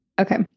Okay